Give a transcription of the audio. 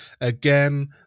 again